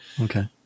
Okay